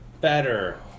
better